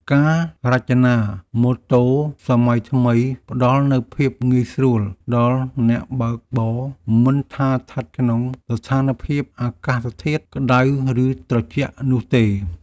ការរចនាម៉ូតូសម័យថ្មីផ្តល់នូវភាពងាយស្រួលដល់អ្នកបើកបរមិនថាស្ថិតក្នុងស្ថានភាពអាកាសធាតុក្តៅឬត្រជាក់នោះទេ។